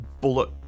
bullet